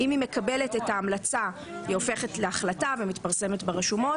אם היא מקבלת את ההמלצה היא הופכת להחלטה ומתפרסמת ברשומות;